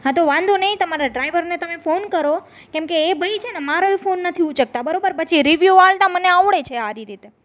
હા તો વાંધો નહીં તમારા ડ્રાઈવરને તમે ફોન કરો કેમકે એ ભાઈ છે ને મારોય પણ ફોન નથી ઉચકતા બરાબર પછી રીવ્યુ આપતા મને આવડે છે સારી રીતે